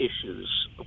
issues